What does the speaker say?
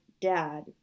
dad